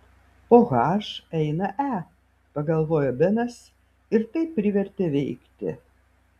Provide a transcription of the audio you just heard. po h eina e pagalvojo benas ir tai privertė veikti